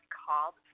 called